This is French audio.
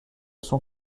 son